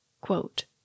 Quote